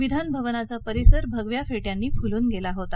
विधानभवनाचा परिसर भगव्या फेट्यांनी फुलून गेला होता